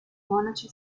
monaci